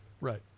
Right